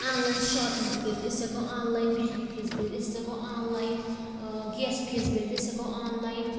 آن line shopping تہِ کٔرِتھ أسۍ ہٮ۪کو آن لایَن بِجلی فیٖس بٔرِتھ أسۍ ہٮ۪کو آن لایَن گیس فیٖس بٔرِتھ أسۍ ہٮ۪کو آن لایَن